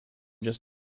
just